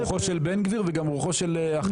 גם רוחו של בן גביר וגם רוחם של אחרים.